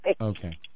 Okay